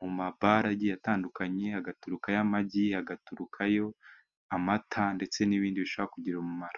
mu ma bara agenda atandukanye, hagaturuka yo amagi, hagaturuka yo amata, ndetse n'ibindi bishobora kugira umumaro.